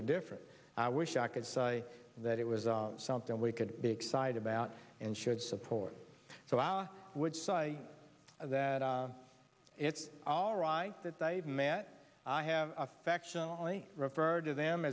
were different i wish i could say that it was something we could be excited about and should support so i would sigh that it's all right that they've met i have affectionately referred to them